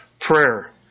prayer